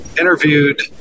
interviewed